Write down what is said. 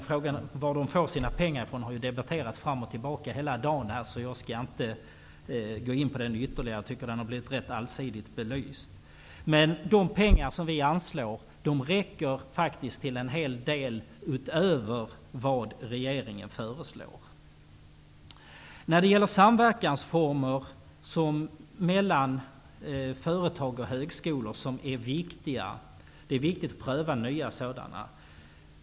Frågan om var de får sina pengar ifrån har debatterats här fram och tillbaka under hela dagen. Jag skall därför inte gå in på den ytterligare. Jag tycker att den har blivit rätt allsidigt belyst. De pengar som vi vill anslå räcker faktiskt till en hel del utöver vad regeringen föreslår. När det gäller samverkansformer mellan företag och högskolor är det viktigt att pröva nya sådana.